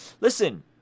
Listen